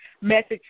message